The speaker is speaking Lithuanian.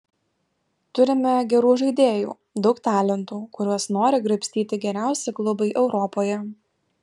turime gerų žaidėjų daug talentų kuriuos nori graibstyti geriausi klubai europoje